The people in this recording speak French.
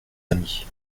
amis